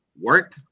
work